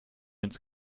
ins